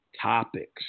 topics